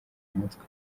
umutwe